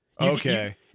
okay